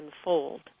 unfold